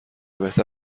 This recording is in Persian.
بهتر